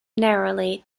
narrowly